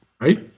Right